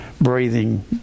breathing